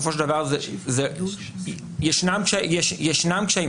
ישנם קשיים,